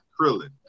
Krillin